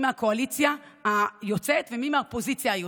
מהקואליציה היוצאת ומי מהאופוזיציה היוצאת.